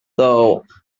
though